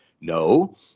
No